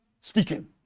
speaking